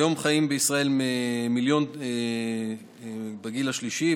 כיום חיים בישראל מיליון בני הגיל השלישי,